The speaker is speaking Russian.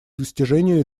достижению